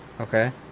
Okay